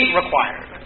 required